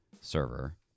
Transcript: server